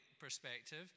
perspective